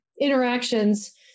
interactions